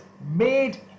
made